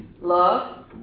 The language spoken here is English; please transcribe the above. Love